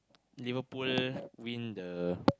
Liverpool win the